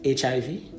HIV